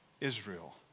Israel